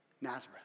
Nazareth